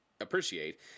appreciate